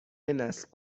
نسل